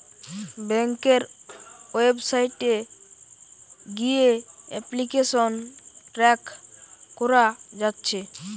ব্যাংকের ওয়েবসাইট গিয়ে application track কোরা যাচ্ছে